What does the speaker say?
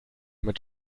mit